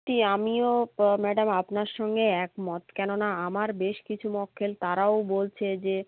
এই আমিও ম্যাডাম আপনার সঙ্গে একমত কেননা আমার বেশ কিছু মক্কেল তারাও বলছে যে